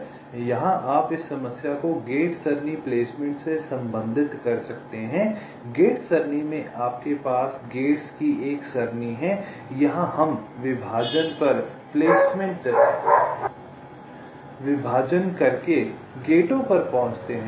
यहां आप इस समस्या को गेट सरणी प्लेसमेंट से संबंधित कर सकते हैं गेट सरणी में आपके पास गेट्स की एक सरणी है यहां हम विभाजन पर विभाजन करके गेटों पर पहुंचते हैं